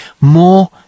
more